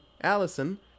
allison